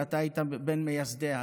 ואתה היית בין מייסדיה,